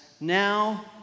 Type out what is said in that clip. now